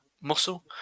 muscle